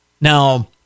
Now